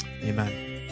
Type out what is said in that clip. Amen